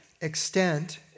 extent